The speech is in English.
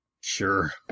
Sure